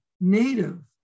native